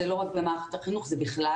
זה לא רק במערכת החינוך אלא זה בכלל.